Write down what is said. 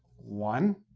one,